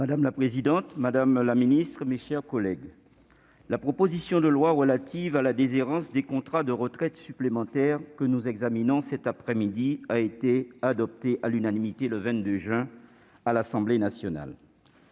Madame la présidente, madame la secrétaire d'État, mes chers collègues, la proposition de loi relative à la déshérence des contrats de retraite supplémentaire que nous examinons cet après-midi a été adoptée à l'unanimité le 22 juin dernier à l'Assemblée nationale.